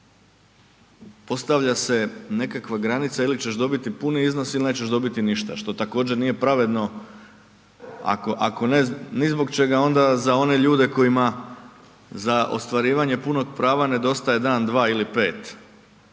postavlja se nekakva granica ili ćeš dobiti puni iznos ili nećeš dobiti ništa što također nije pravedno, ako ne ni zbog čega onda za one ljudi kojima za ostvarivanje punog prava nedostaje dan, dva ili pet